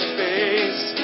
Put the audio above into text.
face